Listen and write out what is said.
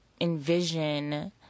envision